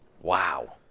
wow